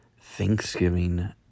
Thanksgiving